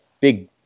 big